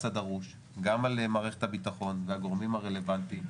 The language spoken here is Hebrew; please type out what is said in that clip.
הדרוש גם על מערכת הביטחון והגורמים הרלוונטיים,